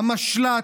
המשל"ט,